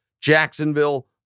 Jacksonville